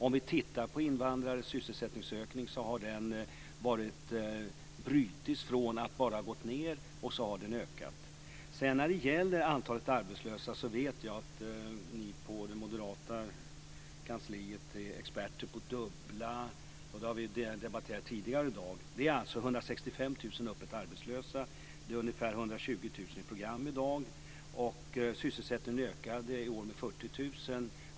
Om vi tittar på invandrares sysselsättningsökning ser vi att den har brutits från att bara ha gått ned till att öka. När det gäller antalet arbetslösa så vet jag att ni på det moderata kansliet är experter på att dubbla. Det har vi debatterat här tidigare i dag. Det är 165 000 som är öppet arbetslösa och ungefär 120 000 som är i program i dag. Sysselsättningen ökade i år med 40 000.